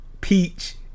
peach